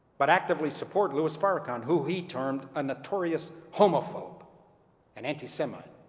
but actively support, louis farrakhan, who he termed a notorious homophobe and anti-semite.